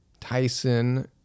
Tyson